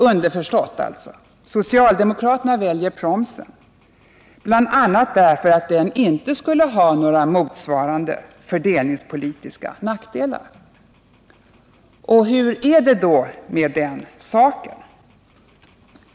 Underförstått: Socialdemokraterna väljer promsen, bl.a. därför att den inte skulle ha några motsvarande fördelningspolitiska nackdelar. Hur är det då med den saken?